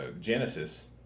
Genesis